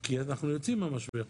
כי אנחנו יוצאים מהמשבר.